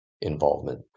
involvement